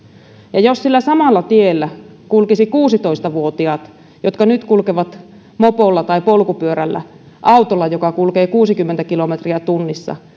ja jos sillä samalla tiellä kulkisivat kuusitoista vuotiaat jotka nyt kulkevat mopolla tai polkupyörällä autolla joka kulkee kuusikymmentä kilometriä tunnissa